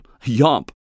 yomp